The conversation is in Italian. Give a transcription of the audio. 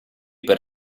per